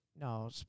no